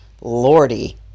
Lordy